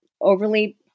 overly